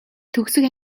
төгсөх